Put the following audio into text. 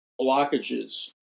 blockages